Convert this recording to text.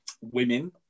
women